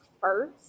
first